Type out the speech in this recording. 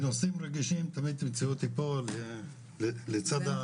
בנושאים רגישים תמיד תמצאו אותי פה לצד החלשים.